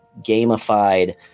gamified